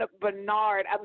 Bernard